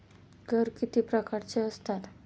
कर किती प्रकारांचे असतात?